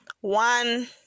one